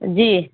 جی